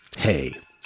Hey